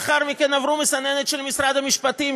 לאחר מכן הן עברו מסננת של משרד המשפטים,